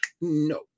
no